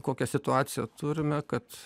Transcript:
kokią situaciją turime kad